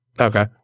Okay